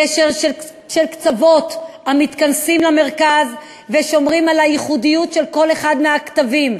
גשר של קצוות המתכנסים למרכז ושומרים על הייחודיות של כל אחד מהקטבים.